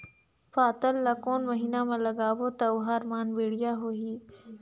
पातल ला कोन महीना मा लगाबो ता ओहार मान बेडिया होही?